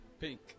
Pink